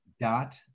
dot